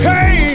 Hey